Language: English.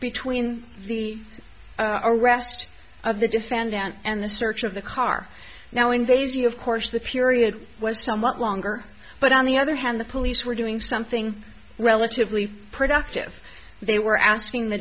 between the arrest of the defendant and the search of the car now when they see of course the period was somewhat longer but on the other hand the police were doing something relatively productive they were asking the